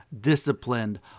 disciplined